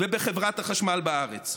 ובחברת החשמל בארץ,